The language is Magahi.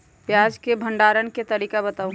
प्याज के भंडारण के तरीका बताऊ?